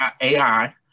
AI